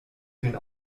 vielen